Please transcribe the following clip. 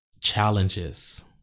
Challenges